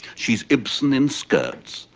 she's ibsen in skirts.